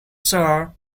sir